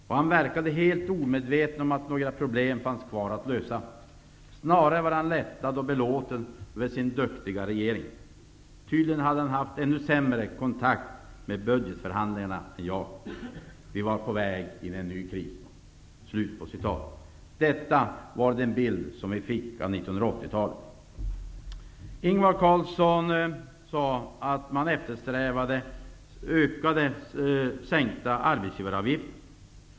Och han verkade helt omedveten om att några problem fanns kvar att lösa, snarare var han lättad och belåten över sin duktiga regering. Tydligen hade han haft ännu sämre kontakt med budgetförhandlingarna än jag. -- Vi var på väg in i en ny kris.'' Detta var den bild som vi fick av 80-talet. Ingvar Carlsson sade att man eftersträvade fortsatt sänkta arbetsgivaravgifter.